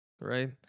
right